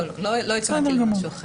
בסדר גמור.